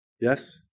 Yes